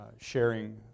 sharing